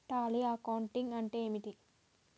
Tally accounting అంటే ఏమిటి?